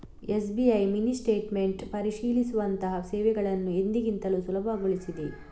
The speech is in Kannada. ಎಸ್.ಬಿ.ಐ ಮಿನಿ ಸ್ಟೇಟ್ಮೆಂಟ್ ಪರಿಶೀಲಿಸುವಂತಹ ಸೇವೆಗಳನ್ನು ಎಂದಿಗಿಂತಲೂ ಸುಲಭಗೊಳಿಸಿದೆ